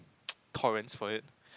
torrents for it